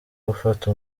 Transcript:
gufata